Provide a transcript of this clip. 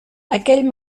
aquell